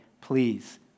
please